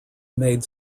made